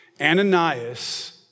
Ananias